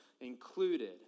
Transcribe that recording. included